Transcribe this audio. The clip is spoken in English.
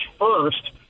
first